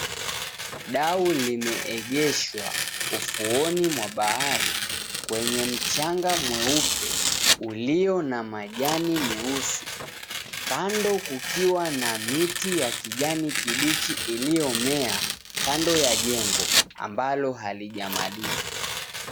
Dau limeegeshwa ufuoni mwa bahari kwenye mchanga mweupe ulio na majani meusi, kando kukiwa na miti ya kijani kibichi iliyo mea kando ya jengo ambalo halijamalizwa.